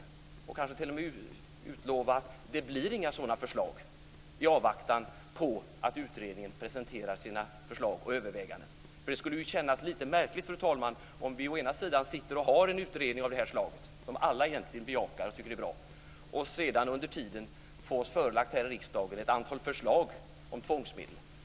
Kanske kan hon t.o.m. utlova att det inte kommer sådana förslag i avvaktan på att utredningen presenterar sina förslag och överväganden. Det skulle, fru talman, kännas lite märkligt att ha en utredning av det här slaget som alla egentligen bejakar och tycker är bra och under tiden få oss förelagt här i riksdagen ett antal förslag om tvångsmedel.